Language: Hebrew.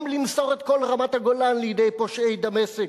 וגם למסור את כל רמת-הגולן לידי פושעי דמשק.